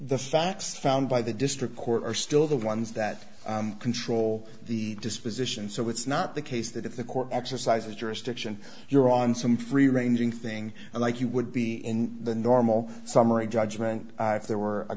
the facts found by the district court are still the ones that control the disposition so it's not the case that if the court exercises jurisdiction you're on some free ranging thing like you would be in the normal summary judgment if there were a